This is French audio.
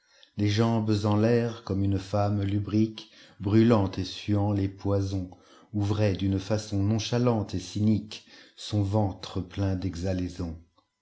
les jambes en tair comme une femme lubriquebrûlante et suant les poisons ouvrait d'une façon nonchalante et cyniqueson ventre plein d'exhalaisons